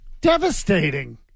Devastating